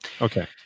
Okay